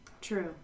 True